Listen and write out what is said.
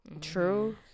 true